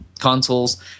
consoles